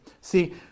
See